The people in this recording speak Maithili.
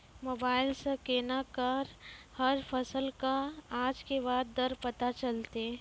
मोबाइल सऽ केना कऽ हर फसल कऽ आज के आज दर पता चलतै?